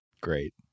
Great